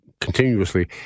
continuously